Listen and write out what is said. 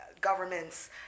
governments